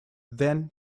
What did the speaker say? then